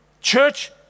Church